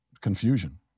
confusion